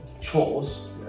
chores